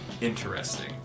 interesting